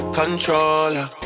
controller